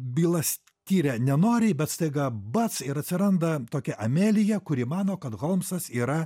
bylas tiria nenoriai bet staiga bac ir atsiranda tokia amelija kuri mano kad holmsas yra